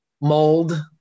Mold